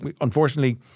unfortunately